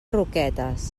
roquetes